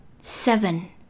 seven